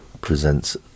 presents